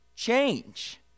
Change